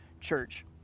church